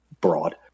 broad